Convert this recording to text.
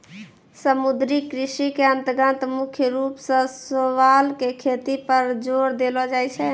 समुद्री कृषि के अन्तर्गत मुख्य रूप सॅ शैवाल के खेती पर जोर देलो जाय छै